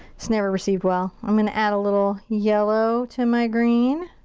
it's never received well. i'm gonna add a little yellow to my green.